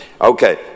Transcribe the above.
Okay